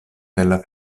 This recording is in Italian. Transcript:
della